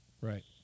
Right